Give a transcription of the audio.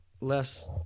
less